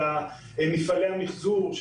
של מפעלי המחזור,